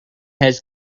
has